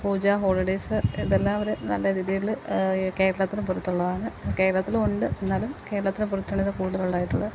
പൂജാ holidays ഇതെല്ലാം അവർ നല്ല രീതിയിൽ ഈ കേരളത്തിനു പുറത്തുള്ളതാണ് കേരളത്തിലുമുണ്ട് എന്നാലും കേരളത്തിനു പുറത്താണ് ഇത് കൂടുതൽ ഉള്ളതായിട്ടുള്ളത്